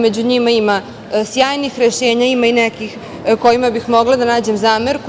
Među njima sjajnih rešenja, ima i nekih kojima bih mogla da nađem zamerku.